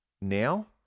now